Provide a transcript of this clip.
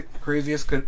craziest